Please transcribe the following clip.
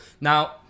Now